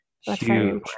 Huge